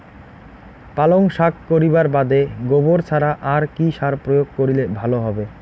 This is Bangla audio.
পালং শাক করিবার বাদে গোবর ছাড়া আর কি সার প্রয়োগ করিলে ভালো হবে?